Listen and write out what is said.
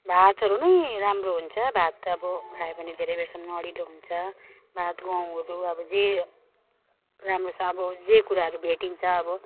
भातहरू नै राम्रो हुन्छ भात अब खायो भने धेरै बेरसम्म अडिलो हुन्छ भात गहुँहरू अब जे राम्रो छ अब जे कुराहरू भेटिन्छ अब